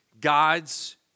God's